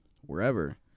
wherever